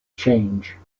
change